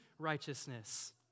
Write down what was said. Righteousness